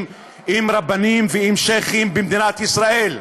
עם רבנים ועם שיח'ים במדינת ישראל.